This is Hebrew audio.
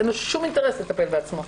אין לו שום אינטרס לטפל בעצמו.